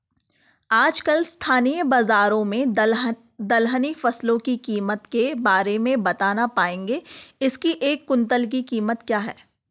आजकल स्थानीय बाज़ार में दलहनी फसलों की कीमत के बारे में बताना पाएंगे इसकी एक कुन्तल की कीमत क्या है?